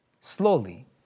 slowly